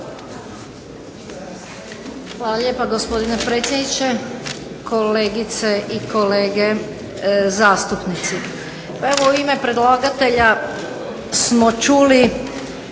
Hvala lijepo gospodine predsjedniče. Kolegice i kolege zastupnici. Pa evo u ime predlagatelja smo čuli